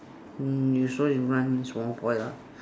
mm you saw you run means one foil ah